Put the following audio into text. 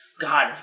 God